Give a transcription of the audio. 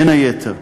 בין היתר,